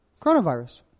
Coronavirus